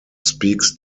speaks